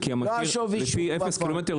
זה